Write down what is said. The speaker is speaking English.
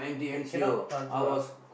can~ cannot transfer ah